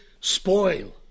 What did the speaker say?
spoil